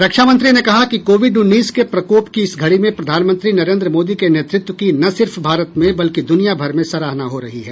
रक्षामंत्री ने कहा कि कोविड उन्नीस के प्रकोप की इस घड़ी में प्रधानमंत्री नरेन्द्र मोदी के नेतृत्व की न सिर्फ भारत में बल्कि दुनिया भर में सराहना हो रही है